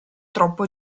troppo